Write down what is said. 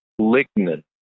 lignin